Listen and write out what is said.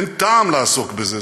אין טעם לעסוק בזה,